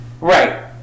Right